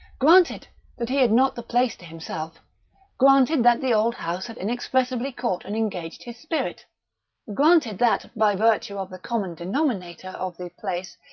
granted that he had not the place to himself granted that the old house had inexpressibly caught and engaged his spirit granted that, by virtue of the common denominator of the place,